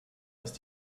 ist